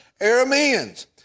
Arameans